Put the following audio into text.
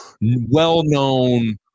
well-known